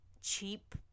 cheap